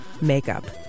Makeup